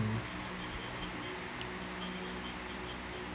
mm